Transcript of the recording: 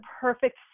perfect